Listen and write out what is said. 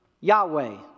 Yahweh